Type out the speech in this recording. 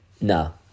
no